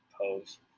pose